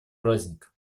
праздник